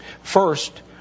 First